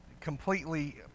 completely